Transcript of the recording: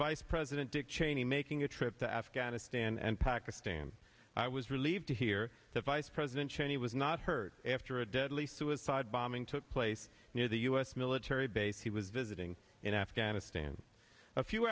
vice president dick cheney making a trip to afghanistan and pakistan i was relieved to hear the vice president cheney was not hurt after a deadly suicide bombing took place near the u s military base he was visiting in afghanistan a few